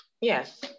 Yes